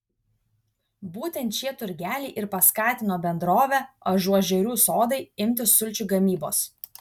būtent šie turgeliai ir paskatino bendrovę ažuožerių sodai imtis sulčių gamybos